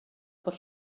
bod